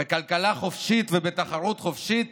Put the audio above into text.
בכלכלה חופשית ובתחרות חופשית